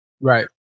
Right